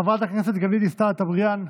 חברת הכנסת גלית דיסטל אטבריאן,